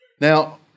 Now